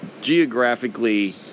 geographically